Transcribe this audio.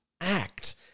act